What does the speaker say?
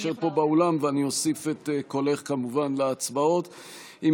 באולם ואוסיף את קולך להצבעות, כמובן.